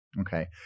Okay